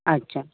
अच्छा